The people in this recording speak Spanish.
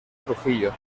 trujillo